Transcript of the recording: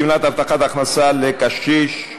גמלת הבטחת הכנסה לקשיש),